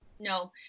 No